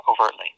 overtly